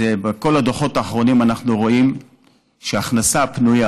זה שבכל הדוחות האחרונים אנחנו רואים שההכנסה הפנויה